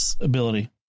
ability